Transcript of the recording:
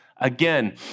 again